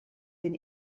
been